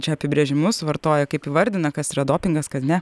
čia apibrėžimus vartoja kaip įvardina kas yra dopingas kad ne